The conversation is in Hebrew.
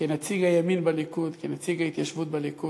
כנציג הימין בליכוד, כנציג ההתיישבות בליכוד,